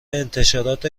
انتشارات